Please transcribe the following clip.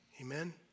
Amen